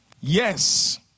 Yes